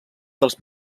dels